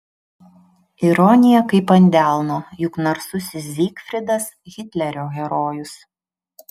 ironija kaip ant delno juk narsusis zygfridas hitlerio herojus